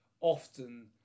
often